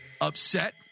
upset